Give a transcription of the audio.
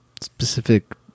specific